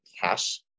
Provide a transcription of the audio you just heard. cash